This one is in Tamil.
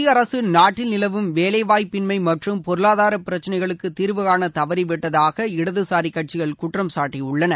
மத்திய அரசு நாட்டில் நிலவும் வேலைவாய்ப்பின்மை மற்றும் பொருளாதாரப் பிரச்னைகளுக்கு தீர்வு காண தவறிவிட்டதாக இடதுசாரி கட்சிகள் குற்றம் சாட்டியுள்ளன